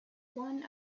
one